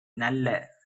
நல்ல